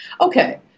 Okay